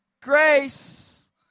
Grace